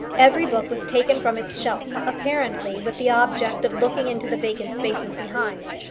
every book was taken from its shelf, apparently with the object of looking into the vacant spaces behind